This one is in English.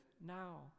now